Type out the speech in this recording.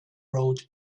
road